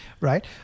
right